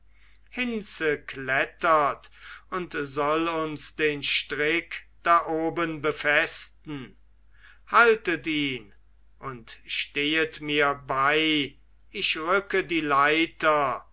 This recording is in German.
hinze klettert und soll uns den strick da oben befesten haltet ihn und stehet mir bei ich rücke die leiter